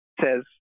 says